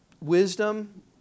Wisdom